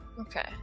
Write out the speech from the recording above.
Okay